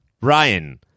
Ryan